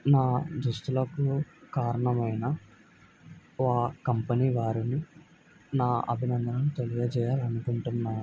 నా దుస్తులకు కారణమైన వా కంపెనీ వారిని నా అభినందనలు తెలియజేయాలనుకుంటున్నాను